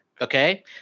okay